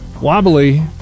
wobbly